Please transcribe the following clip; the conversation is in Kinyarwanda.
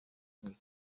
mubiri